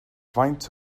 faint